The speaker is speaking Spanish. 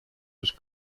sus